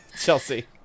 Chelsea